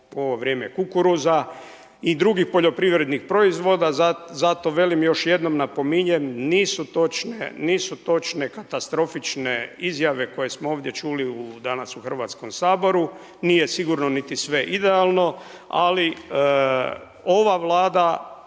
u ovo vrijeme kukuruza i drugih poljoprivrednih proizvoda. Zato velim, još jednom napominjem nisu točne katastrofične izjave koje smo ovdje čuli danas u Hrvatskom saboru. Nije sigurno niti sve idealno, ali ova Vlada